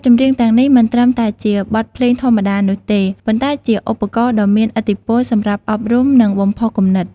បទចម្រៀងទាំងនេះមិនត្រឹមតែជាបទភ្លេងធម្មតានោះទេ ប៉ុន្តែជាឧបករណ៍ដ៏មានឥទ្ធិពលសម្រាប់ អប់រំ និងបំផុសគំនិត។